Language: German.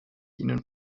ihnen